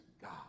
God